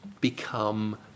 become